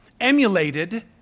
emulated